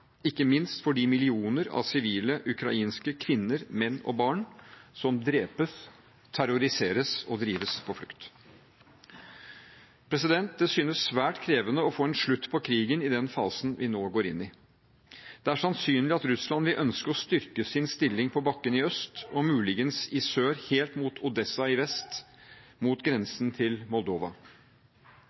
ikke minst for de millioner av sivile ukrainske kvinner, menn og barn som drepes, terroriseres og drives på flukt. Det synes svært krevende å få en slutt på krigen i den fasen vi nå går inn i. Det er sannsynlig at Russland vil ønske å styrke sin stilling på bakken i øst, og muligens i sør helt mot Odesa i vest, mot grensen til Moldova.